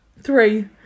Three